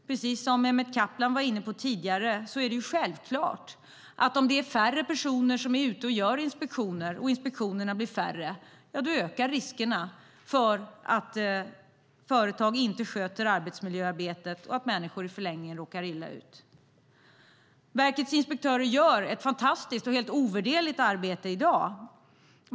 Precis som Mehmet Kaplan var inne på tidigare är det självklart att om färre personer är ute och gör inspektioner och inspektionerna blir färre, då ökar riskerna för att företag inte sköter arbetsmiljöarbetet och att människor i förlängningen råkar illa ut. Verkets inspektörer gör ett fantastiskt och helt ovärderligt arbete i dag.